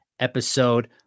Episode